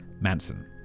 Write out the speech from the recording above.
manson